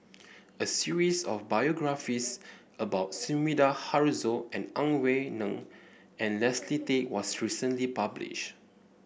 a series of biographies about Sumida Haruzo and Ang Wei Neng and Leslie Tay was recently published